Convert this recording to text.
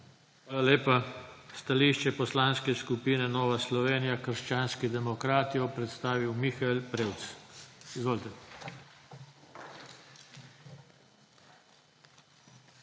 lepa. Stališče Poslanske skupine Nova Slovenija – krščanski demokrati bo predstavil Mihael Prevc. Izvolite.